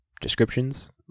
Descriptions